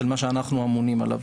של מה שאנחנו אמונים עליו.